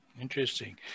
interesting